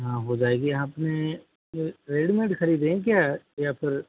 हाँ हो जाएगी आप ने रेडीमेड ख़रीदे है क्या या फिर